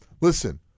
listen